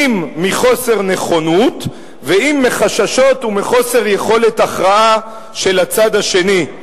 אם מחוסר נכונות ואם מחששות ומחוסר יכולת הכרעה של הצד השני,